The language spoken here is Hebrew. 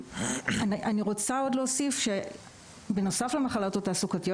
אני רוצה עוד להוסיף שבנוסף למחלות התעסוקתיות